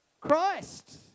Christ